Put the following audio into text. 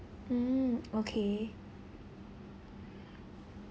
mm okay